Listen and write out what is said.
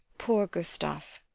poor gustav!